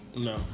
No